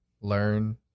learn